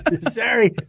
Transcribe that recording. Sorry